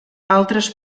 altres